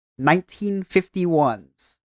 1951's